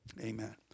Amen